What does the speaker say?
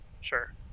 sure